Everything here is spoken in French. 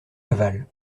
laval